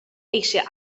eisiau